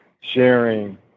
sharing